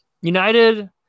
United